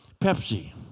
Pepsi